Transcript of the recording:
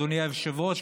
אדוני היושב-ראש,